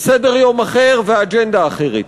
סדר-יום אחר ואג'נדה אחרת.